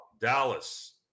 Dallas